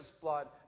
blood